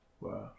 Wow